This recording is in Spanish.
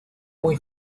muy